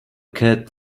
cat